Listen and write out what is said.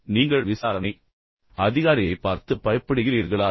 எனவே நீங்கள் விசாரணை அதிகாரியைப் பார்த்து பயப்படுகிறீர்களா